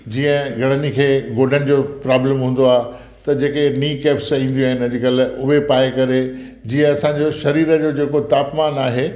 जीअं घणनि ई खे गोॾनि जो प्रोब्लम हूंदो आहे त जेके नी केप्स ईंदियूं आहिनि अॼुकल्ह उहे पाए करे जीअं असांजो शरीर जो जेको तापमान आहे